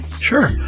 Sure